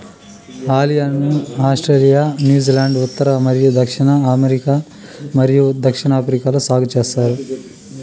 olive ను Australia, New Zealand, ఉత్తర మరియు దక్షిణ అమెరికా మరియు దక్షిణాఫ్రికాలో సాగు చేస్తారు